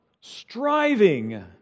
striving